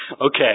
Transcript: Okay